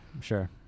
sure